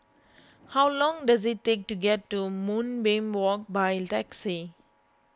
how long does it take to get to Moonbeam Walk by taxi